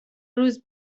روز